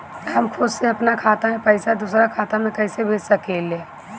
हम खुद से अपना खाता से पइसा दूसरा खाता में कइसे भेज सकी ले?